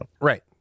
Right